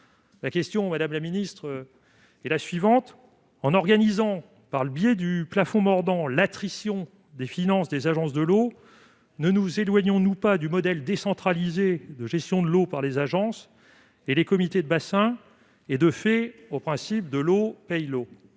des polluants dans les rivières. En organisant, par le biais du plafond mordant, l'attrition des finances des agences de l'eau, ne nous éloignons-nous pas du modèle décentralisé de gestion de l'eau par les agences et les comités de bassin et, de fait, du principe selon lequel l'eau paye l'eau ?